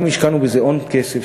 גם השקענו בזה הון כסף,